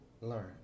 Learn